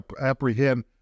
apprehend